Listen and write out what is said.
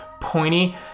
pointy